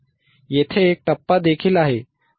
येथे एक टप्पा देखील आहे